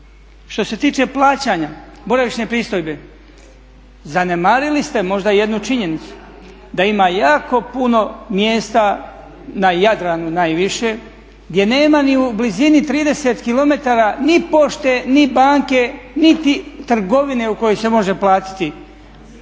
Što se tiče plaćanja boravišne pristojbe, zanemarili ste možda jednu činjenicu da ima jako puno mjesta na Jadranu najviše gdje nema ni u blizini 30km ni pošte, ni banke, niti trgovine u kojoj se može platiti.